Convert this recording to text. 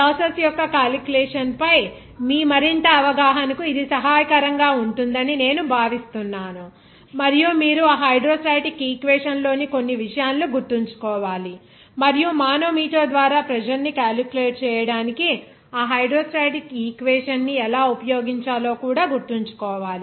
process యొక్క calculation పై మీ మరింత అవగాహనకు ఇది సహాయకరంగా ఉంటుందని నేను భావిస్తున్నాను మరియు మీరు ఆ హైడ్రోస్టాటిక్ ఈక్వేషన్ లోని కొన్ని విషయాలను గుర్తుంచుకోవాలి మరియు మానోమీటర్ ద్వారా ప్రెజర్ ని క్యాలిక్యులేట్ చేయడానికి ఆ హైడ్రోస్టాటిక్ ఈక్వేషన్ ని ఎలా ఉపయోగించాలో కూడా గుర్తుంచుకోవాలి